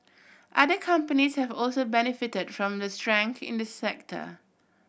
other companies have also benefited from the strength in the sector